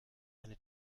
eine